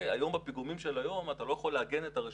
היום בפיגומים של היום אתה לא יכול לעגן את הרשתות,